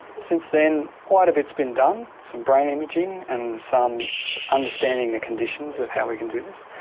since then, quite a bit has been done, some brain imaging and some understanding the conditions of how we can do this.